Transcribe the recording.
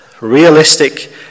realistic